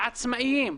לעצמאיים,